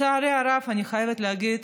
לצערי הרב, אני חייבת להגיד,